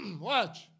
watch